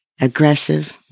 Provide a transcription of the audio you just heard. aggressive